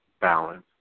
balance